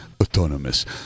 autonomous